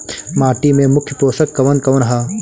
माटी में मुख्य पोषक कवन कवन ह?